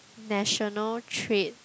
national trade